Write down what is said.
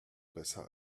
besser